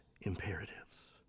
imperatives